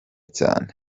cyane